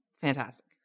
fantastic